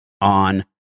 on